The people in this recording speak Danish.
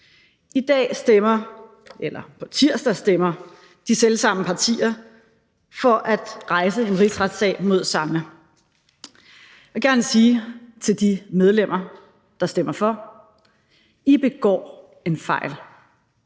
Inger Støjberg. På tirsdag stemmer de selv samme partier for at rejse en rigsretssag mod samme. Jeg vil gerne sige til de medlemmer, der stemmer for: I begår en fejl.